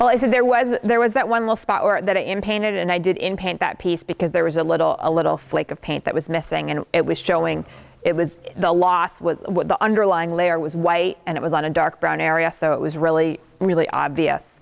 well is there was there was that one will spot or that i am painted and i did in paint that piece because there was a little a little flake of paint that was missing and it was showing it was the last was what the underlying layer was white and it was on a dark brown area so it was really really obvious